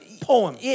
poem